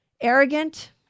arrogant